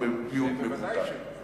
זה ודאי שלא.